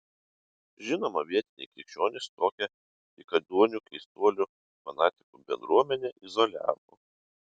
žinoma vietiniai krikščionys tokią dykaduonių keistuolių fanatikų bendruomenę izoliavo